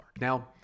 Now